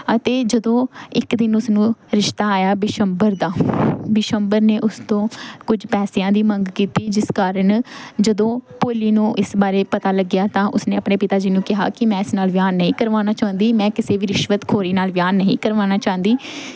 ਅਤੇ ਜਦੋਂ ਇੱਕ ਦਿਨ ਉਸਨੂੰ ਰਿਸ਼ਤਾ ਆਇਆ ਬਿਸ਼ੰਬਰ ਦਾ ਬਿਸ਼ੰਬਰ ਨੇ ਉਸ ਤੋਂ ਕੁਝ ਪੈਸਿਆਂ ਦੀ ਮੰਗ ਕੀਤੀ ਜਿਸ ਕਾਰਨ ਜਦੋਂ ਭੋਲੀ ਨੂੰ ਇਸ ਬਾਰੇ ਪਤਾ ਲੱਗਿਆ ਤਾਂ ਉਸਨੇ ਆਪਣੇ ਪਿਤਾ ਜੀ ਨੂੰ ਕਿਹਾ ਕਿ ਮੈਂ ਇਸ ਨਾਲ ਵਿਆਹ ਨਹੀਂ ਕਰਵਾਉਣਾ ਚਾਹੁੰਦੀ ਮੈਂ ਕਿਸੇ ਵੀ ਰਿਸ਼ਵਤਖੋਰੀ ਨਾਲ ਵਿਆਹ ਨਹੀਂ ਕਰਵਾਉਣਾ ਚਾਹੁੰਦੀ